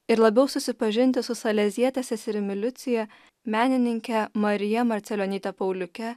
ir labiau susipažinti su saleziete seserimi liucija menininke marija marcelionyte pauliuke